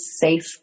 safe